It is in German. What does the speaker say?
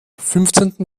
fünfzehnten